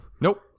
Nope